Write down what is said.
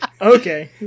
Okay